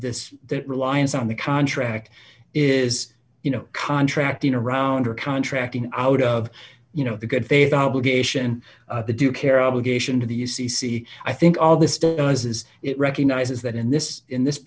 this that reliance on the contract is you know contracting around or contracting out of you know the good faith obligation the due care obligation to the u c c i think all this does is it recognizes that in this in this